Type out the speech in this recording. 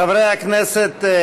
חברי כנסת,